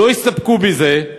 לא הסתפקו בזה.